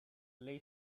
lay